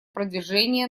продвижения